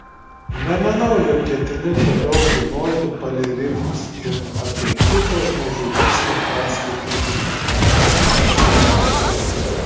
nemanau jog ketini toliau tūnoti palei rifus ir apie kitą žmogžudystę perskaityti majamio herald